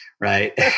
right